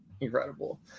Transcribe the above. incredible